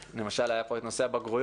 למשל היה פה את נושא הבגרויות,